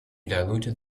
diluted